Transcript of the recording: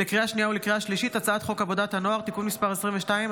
לקריאה שנייה ולקריאה שלישית: הצעת חוק עבודת הנוער (תיקון מס' 22),